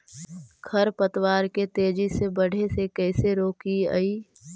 खर पतवार के तेजी से बढ़े से कैसे रोकिअइ?